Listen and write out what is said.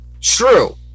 True